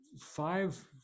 five